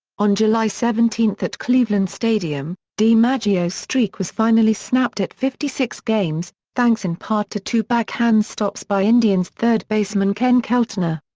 on july seventeen at cleveland stadium, dimaggio's streak was finally snapped at fifty six games, thanks in part to two backhand stops by indians third baseman ken keltner.